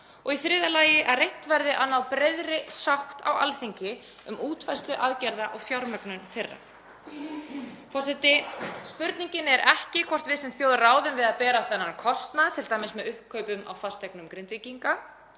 og í þriðja lagi að reynt verði að ná breiðri sátt á Alþingi um útfærslu aðgerða og fjármögnun þeirra. Forseti. Spurningin er ekki hvort við sem þjóð ráðum við að bera þennan kostnað, t.d. með uppkaupum á fasteignum Grindvíkinga,